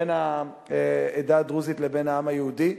בין העדה הדרוזית לבין העם היהודי.